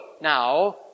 now